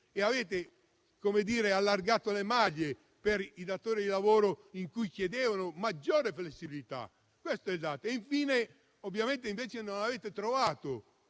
Avete allargato le maglie per i datori di lavoro che chiedevano maggiore flessibilità: questo è il dato. Invece, ovviamente, non avete avanzato